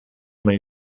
may